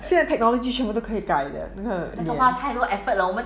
现在 technology 全部都可以改的那个